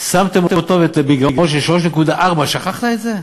שמתם אותו בגירעון של 3.4%, שכחת את זה?